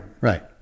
Right